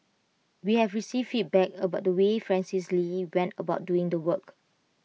we have received feedback about the way Francis lee went about doing the work